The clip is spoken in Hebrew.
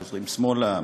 חוזרים שמאלה,